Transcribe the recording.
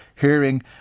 hearing